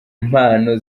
mpano